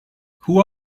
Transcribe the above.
who